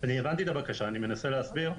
הבנתי את הבקשה, אני מנסה להסביר.